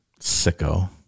Sicko